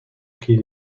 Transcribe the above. qu’il